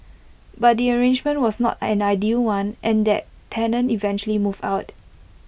but the arrangement was not an ideal one and that tenant eventually moved out